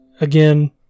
again